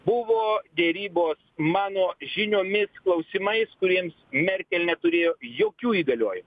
buvo derybos mano žiniomis klausimais kuriems merkel neturėjo jokių įgaliojimų